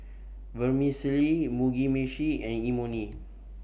Vermicelli Mugi Meshi and Imoni